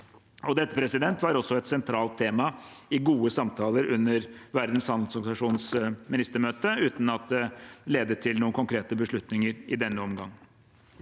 Dette var også et sentralt tema i gode samtaler under Verdens handelsorganisasjons ministermøte, uten at det ledet til noen konkrete beslutninger i denne omgang.